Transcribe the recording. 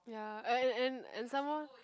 ya and and and and some more